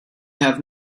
have